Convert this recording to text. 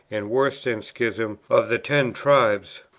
and worse than schism, of the ten tribes,